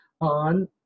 on